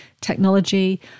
technology